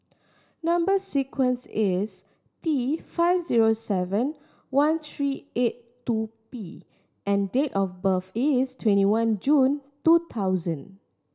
number sequence is T five zero seven one three eight two P and date of birth is twenty one June two thousand